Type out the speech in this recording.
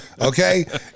Okay